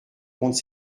compte